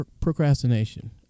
procrastination